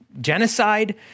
genocide